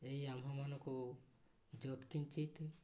ଏଇ ଆମ୍ଭମାନଙ୍କୁ କିଞ୍ଚିତ